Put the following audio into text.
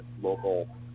local